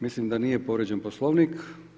Mislim da nije povrijeđen Poslovnik.